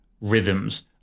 rhythms